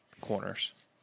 corners